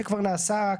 לביטחון